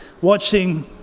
watching